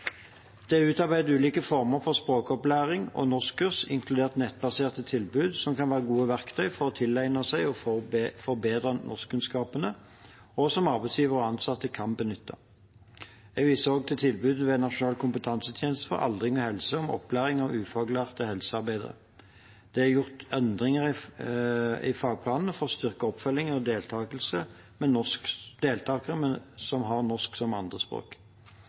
Det er utarbeidet ulike former for språkopplæring og norskkurs, inkludert nettbaserte tilbud, som kan være gode verktøy for å tilegne seg og forbedre norskkunnskapene, og som arbeidsgiver og ansatte kan benytte. Jeg viser også til tilbudet ved Nasjonal kompetansetjeneste for aldring og helse, om opplæring av ufaglærte helsearbeidere. Det er gjort endringer i fagplanene for å styrke oppfølgingen og deltakelsen for deltakere som har norsk som andrespråk.